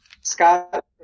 Scott